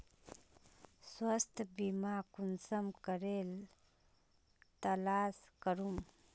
स्वास्थ्य बीमा कुंसम करे तलाश करूम?